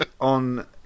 on